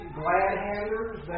glad-handers